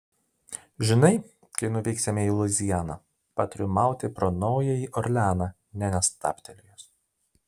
žinai kai nuvyksime į luizianą patariu mauti pro naująjį orleaną nė nestabtelėjus